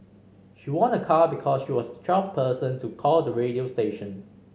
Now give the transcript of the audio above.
she won a car because she was the twelfth person to call the radio station